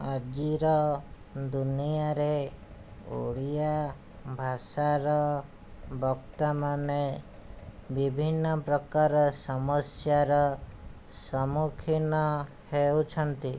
ଆଜିର ଦୁନିଆରେ ଓଡିଆ ଭାଷାର ବକ୍ତାମାନେ ବିଭିନ୍ନ ପ୍ରକାର ସମସ୍ୟାର ସମ୍ମୁଖୀନ ହେଉଛନ୍ତି